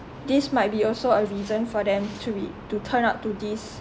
this might be also a reason for them to re~ to turn out to this